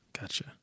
gotcha